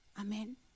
Amen